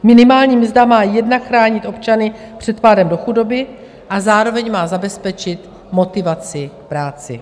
Minimální mzda má jednak chránit občany před pádem do chudoby, a zároveň má zabezpečit motivaci k práci.